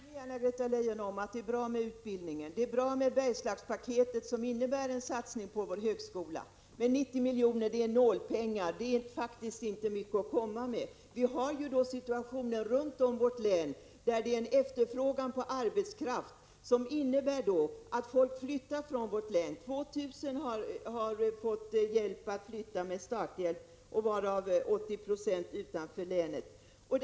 Herr talman! Jag håller gärna med Anna-Greta Leijon om att det är bra med utbildning, och det är bra med Bergslagspaketet, som innebär en satsning på vår högskola. Men 90 miljoner är nålpengar i detta sammanhang. Det är faktiskt inte mycket att komma med. Utanför vårt län råder en efterfrågan på arbetskraft, vilket innebär att folk flyttar från vårt län. 2 000 personer har fått hjälp att flytta med starthjälp, varav 80 96 har flyttat till andra län.